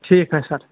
ٹھیٖک حظ چھُ سَر